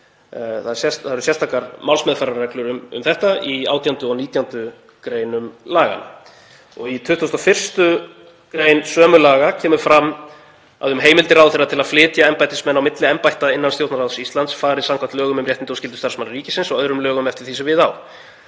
Það eru sérstakar málsmeðferðarreglur um þetta í 18. og 19. gr. laganna. Í 21. gr. sömu laga kemur fram að um heimildir ráðherra til að flytja embættismenn á milli embætta innan Stjórnarráðs Íslands fari samkvæmt lögum um réttindi og skyldur starfsmanna ríkisins og öðrum lögum eftir því sem við á.